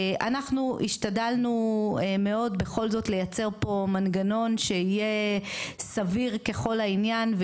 אנחנו השתדלנו מאוד בכל זאת לייצר פה מנגנון שיהיה סביר ככל העניין,